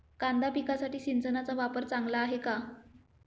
कांदा पिकासाठी सिंचनाचा वापर चांगला आहे का?